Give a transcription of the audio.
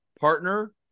partner